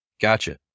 Gotcha